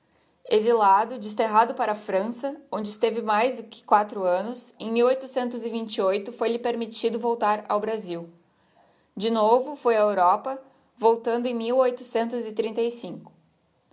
exilado desterrado para a frança onde esteve mais de quatro annos em foi lhe permittido voltar ao brasil de novo foi a europa voltando em